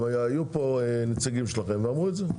היו פה נציגים שלכם ואמרו את זה.